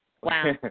Wow